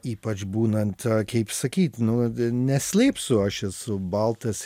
ypač būnant a kaip sakyt nu neslėpsiu aš esu baltas